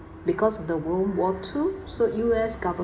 because the world war two so U_S gover~